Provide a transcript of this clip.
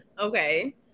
Okay